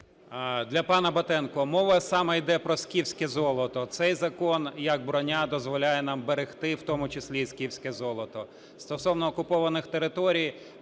Для пана Батенка. Мова саме йде про "скіфське золото", цей закон, як броня, дозволяє нам берегти в тому числі і "скіфське золото". Стосовно окупованих територій